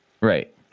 Right